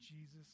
Jesus